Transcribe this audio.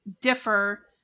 differ